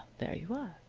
there you are.